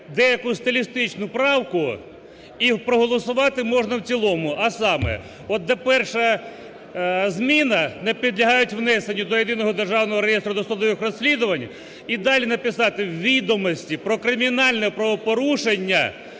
деяку стилістичну правку і проголосувати можна в цілому. А саме, от, де перша зміна: "Не підлягають внесенню до Єдиного державного реєстру досудових розслідувань", і далі написати: "Відомості про кримінальне правопорушення,